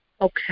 Okay